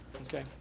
Okay